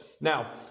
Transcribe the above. Now